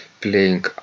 playing